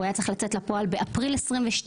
הוא היה צריך לצאת לפועל באפריל 2022,